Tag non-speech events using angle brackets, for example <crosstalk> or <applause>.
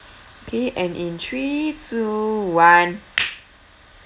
play and in three two one <noise>